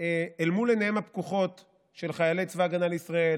אל מול עיניהם הפקוחות של חיילי צבא ההגנה לישראל,